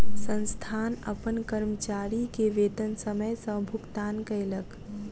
संस्थान अपन कर्मचारी के वेतन समय सॅ भुगतान कयलक